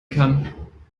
kann